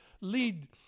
lead